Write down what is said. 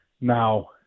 Now